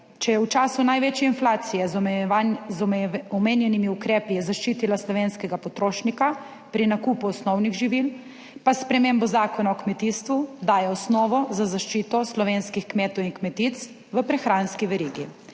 Če je v času največje inflacije z omenjenimi ukrepi zaščitila slovenskega potrošnika pri nakupu osnovnih živil, pa s spremembo Zakona o kmetijstvu daje osnovo za zaščito slovenskih kmetov in kmetic v prehranski verigi.